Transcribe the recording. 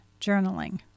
journaling